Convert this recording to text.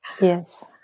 Yes